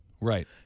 Right